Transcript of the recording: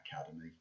academy